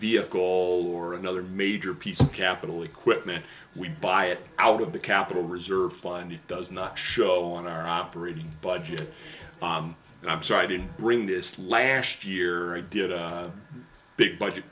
vehicle old or another major piece of capital equipment we buy it out of the capital reserve fund it does not show on our operating budget i'm sorry i didn't bring this last year i did a big budget